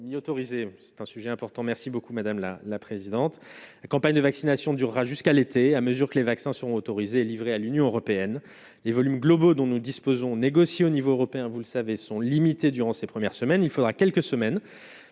m'y autorisez c'est un sujet important, merci beaucoup madame la la présidente, la campagne de vaccination durera jusqu'à l'été, à mesure que les vaccins seront autorisés, livré à l'Union européenne, les volumes globaux dont nous disposons, négocier au niveau européen, vous le savez sont limitées durant ces premières semaines il faudra quelques semaines